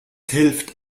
hilft